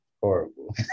Horrible